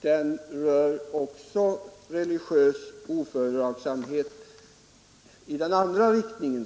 Den rör också religiös ofördragsamhet, så att säga i den andra riktningen.